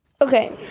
Okay